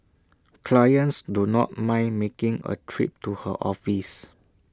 clients do not mind making A trip to her office